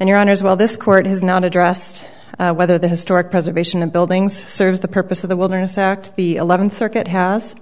and your honour's well this court has not addressed whether the historic preservation of buildings serves the purpose of the wilderness act the eleventh circuit has